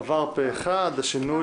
הצבעה בעד, רוב נגד,